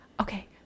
Okay